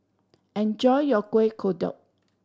enjoy your Kueh Kodok